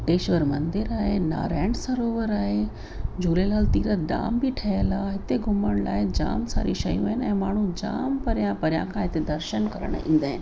कोटेश्वर मंदिर आहे नारायण सरोवर आहे झूलेलाल तीरथ धाम बि ठहियल आहे हिते घुमण लाइ जाम सारी शयूं आहिनि ऐं माण्हू जाम परियां परियां खां हिते दर्शनु करण ईंदा आहिनि